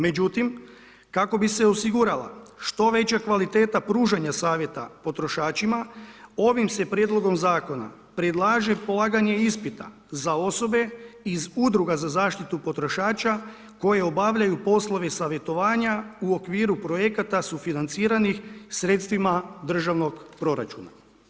Međutim, kako bi se osigurala što veća kvaliteta pružanja savjeta potrošačima ovim se prijedlogom zakona predlaže polaganje ispita za osobe iz udruga za zaštitu potrošača koje obavljaju poslove savjetovanja u okviru projekata sufinanciranih sredstvima državnog proračuna.